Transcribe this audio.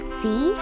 see